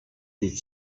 did